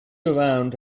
around